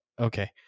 Okay